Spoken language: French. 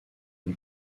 une